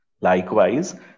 likewise